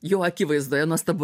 jo akivaizdoje nuostabu